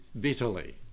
bitterly